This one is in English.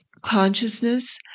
consciousness